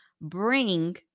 bring